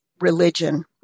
religion